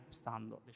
stando